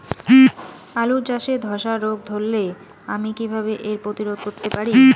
আলু চাষে ধসা রোগ ধরলে আমি কীভাবে এর প্রতিরোধ করতে পারি?